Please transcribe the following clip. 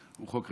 הוא חוק רציני,